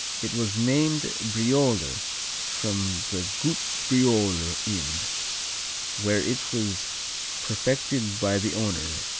it was named brioler from the gute brioler inn where it was perfected by the owner,